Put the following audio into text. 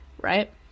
right